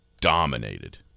dominated